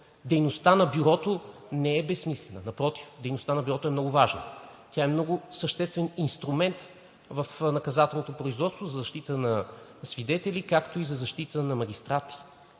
Дейността на Бюрото не е безсмислена. Напротив, дейността на Бюрото е много важна. Тя е много съществен инструмент в наказателното производство за защита на свидетели, както и за защита на магистрати,